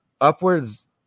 upwards